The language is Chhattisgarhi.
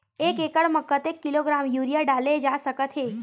एक एकड़ म कतेक किलोग्राम यूरिया डाले जा सकत हे?